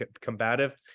combative